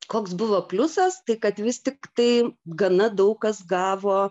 koks buvo pliusas tai kad vis tiktai gana daug kas gavo